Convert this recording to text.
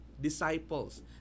disciples